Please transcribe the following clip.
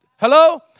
Hello